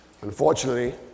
Unfortunately